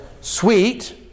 sweet